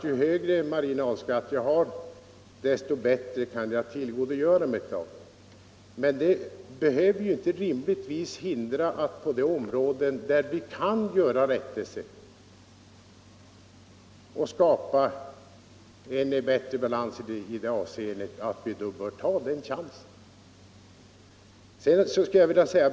Ju högre marginalskatt jag har, desto bättre kan jag tillgodogöra mig ett avdrag. Men det innebär rimligtvis inte att vi inte bör ta chansen att göra rättelse och skapa en bättre balans på de områden där det är möjligt.